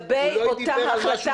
הוא דיבר על מכלול.